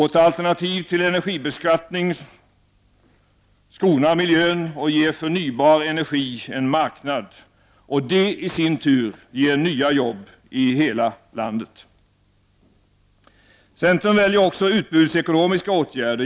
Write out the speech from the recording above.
Vårt alternativ till energibeskattning skonar miljön och ger förnybar energi en marknad, och det, i sin tur, ger nya jobb i hela landet. Centern väljer också utbudsekonomiska åtgärder.